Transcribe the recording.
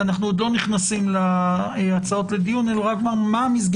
אנחנו לא נכנסים להצעות לדיון אלא להזכיר